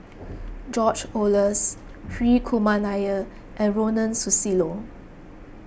George Oehlers Hri Kumar Nair and Ronald Susilo